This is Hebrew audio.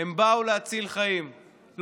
הם שמים את החיים של כולנו בעדיפות ראשונה,